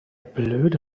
blöde